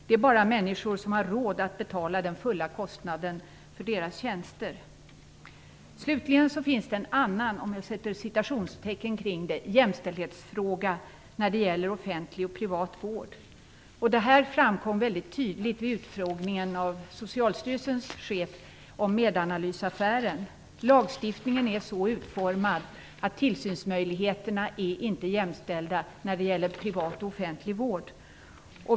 Det är bara människor som har råd att betala den fulla kostnaden som kan nyttja deras tjänster. Slutligen finns det en annan "jämställdhetsfråga" när det gäller offentlig och privat vård. Detta framkom väldigt tydligt vid utfrågningen av Socialstyrelsens chef om Medanalysaffären. Lagstiftningen är så utformad att tillsynsmöjligheterna inte är jämställda när det gäller privat och offentlig vård.